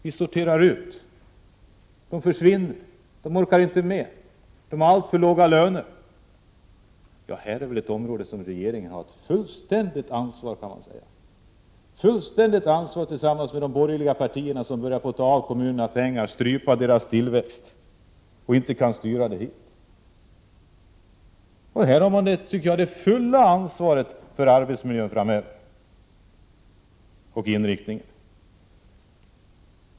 Vi sorterar ut människor — de försvinner eftersom de inte orkar med och har alltför låga löner. Detta är ett område där regeringen har det fulla ansvaret tillsammans med de borgerliga partierna, som tar av kommunerna pengar och vill strypa deras tillväxt.